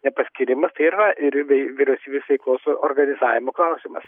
nepaskyrimas tai ir yra ir vei vyriausybės veiklos organizavimo klausimas